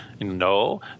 No